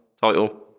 title